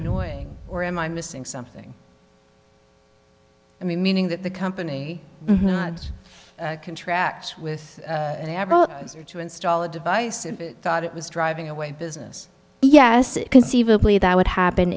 annoying or am i missing something i mean meaning that the company contract with apple to install the device thought it was driving away business yes conceivably that would happen